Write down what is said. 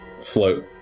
float